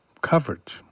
coverage